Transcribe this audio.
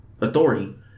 authority